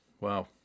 Wow